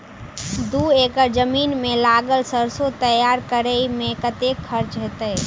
दू एकड़ जमीन मे लागल सैरसो तैयार करै मे कतेक खर्च हेतै?